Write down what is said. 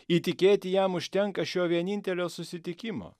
įtikėti jam užtenka šio vienintelio susitikimo